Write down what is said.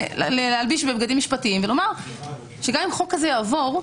להלביש בבגדים משפטיים ולומר שגם אם החוק הזה יעבור,